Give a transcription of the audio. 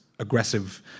Aggressive